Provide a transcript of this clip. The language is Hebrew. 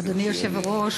אדוני היושב-ראש,